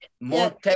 more